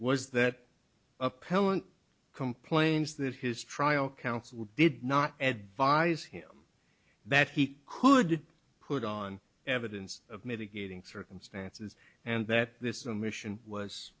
was that appellant complains that his trial counsel did not advise him that he could put on evidence of mitigating circumstances and that this is a mission was